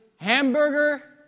hamburger